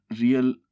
real